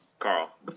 Carl